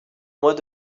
mois